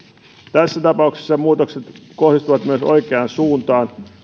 tässä tapauksessa muutokset kohdistuvat myös oikeaan suuntaan